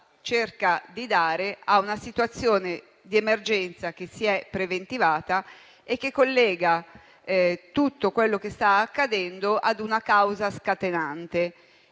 cerca di dare a una situazione di emergenza che si è preventivata e che collega tutto quello che sta accadendo ad una causa scatenante: